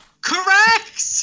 Correct